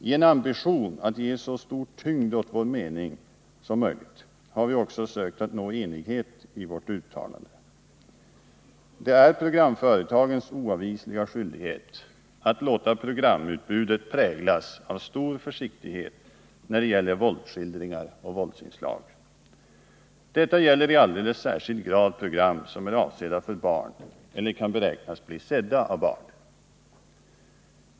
I en ambition att ge så stor tyngd åt vår uppfattning som möjligt har vi också sökt nå enighet i vårt uttalande. Det är programföretagens oavvisliga skyldighet att låta programutbudet präglas av stor försiktighet när det gäller våldsskildringar och våldsinslag. Det gäller i alldeles särskilt hög grad program som är avsedda för barn eller som kan beräknas bli sedda av barn.